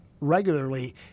regularly